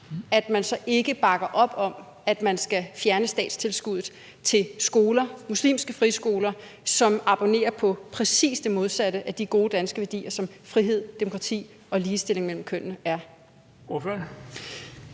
at Venstre ikke bakker op om at fjerne statstilskuddet til muslimske friskoler, som abonnerer på præcis det modsatte af de gode danske værdier som frihed, demokrati og ligestilling mellem kønnene.